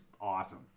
awesome